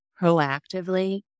proactively